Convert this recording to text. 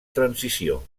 transició